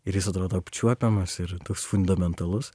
ir jis atrodo apčiuopiamas ir toks fundamentalus